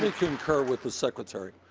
concur with the secretary,